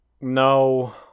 No